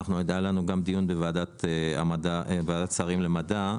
דיון בוועדת השרים למדע.